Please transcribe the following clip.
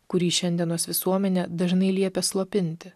kurį šiandienos visuomenė dažnai liepia slopinti